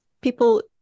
people